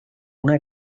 una